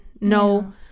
no